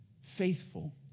faithful